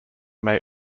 may